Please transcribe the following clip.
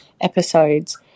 episodes